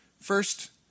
First